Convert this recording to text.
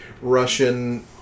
Russian